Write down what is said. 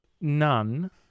none